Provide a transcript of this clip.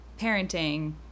parenting